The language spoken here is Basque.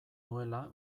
nuela